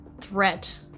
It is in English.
threat